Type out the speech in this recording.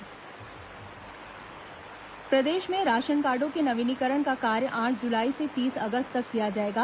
ration card दिशा निर्देश प्रदेश में राशनकार्डो के नवीनीकरण का कार्य आठ जुलाई से तीस अगस्त तक किया जाएगा